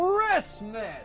Christmas